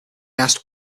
ask